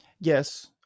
Yes